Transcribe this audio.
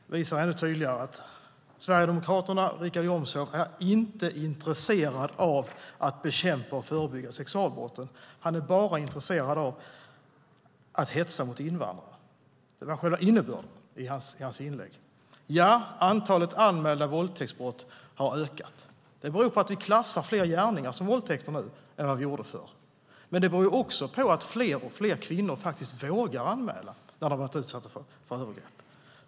Det visar ännu tydligare att Sverigedemokraterna och Richard Jomshof inte är intresserade av att bekämpa och förebygga sexualbrott. Han är bara intresserad av att hetsa mot invandrare. Det var själva innebörden i hans inlägg. Ja, antalet anmälda våldtäktsbrott har ökat. Det beror på att vi klassar fler gärningar som våldtäkter nu än vad vi gjorde förr. Det beror också på att fler och fler kvinnor faktiskt vågar anmäla när de har varit utsatta för övergrepp.